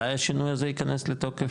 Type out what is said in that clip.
מתי השינוי הזה ייכנס לתוקף?